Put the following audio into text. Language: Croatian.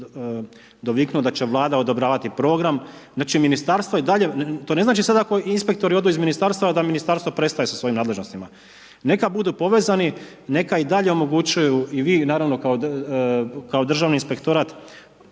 doviknuo da će Vlada odobravati program, znači ministarstva i dalje, to ne znači sada ako inspektori odu iz ministarstva da ministarstvo prestaje sa svojim nadležnostima. Neka budu povezani, neka i dalje omogućuju i vi naravno kao Državni inspektorat